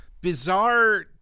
bizarre